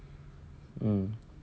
mm